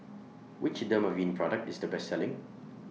Which Dermaveen Product IS Best Selling